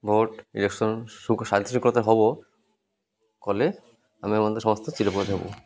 vote election ହବ କଲେ ଆମେ ସମସ୍ତେ ଚିିରପକୃତ ହବୁ